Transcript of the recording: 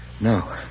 No